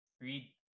read